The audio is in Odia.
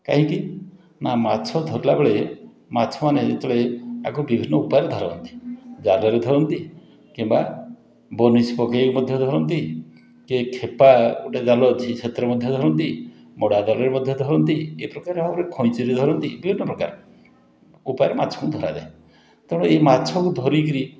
କାହିଁକି ନା ମାଛ ଧରିଲାବେଳେ ମାଛମାନେ ଯେତେବେଳେ ୟାକୁ ବିଭିନ୍ନ ଉପାୟରେ ଧରନ୍ତି ଜାଲରେ ଧରନ୍ତି କିମ୍ବା ବନିଶ ପକେଇକି ମଧ୍ୟ ଧରନ୍ତି କି ଖେପା ଗୋଟେ ଜାଲ ଅଛି ସେଥିରେ ମଧ୍ୟ ଧରନ୍ତି ବଡ଼ ଆକାରରେ ମଧ୍ୟ ଧରନ୍ତି କେତେପ୍ରକାର ଖଇଞ୍ଚିରେ ଧରନ୍ତି ବିଭିନ୍ନପ୍ରକାର ଉପାୟରେ ମାଛକୁ ଧରାଯାଏ ତେଣୁ ଏଇ ମାଛକୁ ଧରିକରି